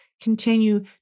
continue